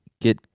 get